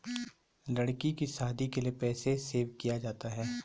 लड़की की शादी के लिए पैसे सेव किया जाता है